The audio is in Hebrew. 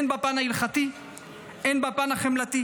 הן בפן ההלכתי והן בפן החמלתי,